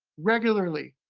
regularly.